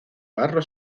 barro